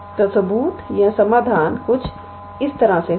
तो सबूत या समाधान इस तरह होगा